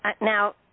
now